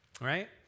right